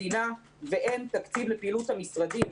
בפועל יש כאן בעיה שלא אושר תקציב מדינה ואין תקציב לפעילות המשרדים.